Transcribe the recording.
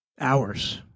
hours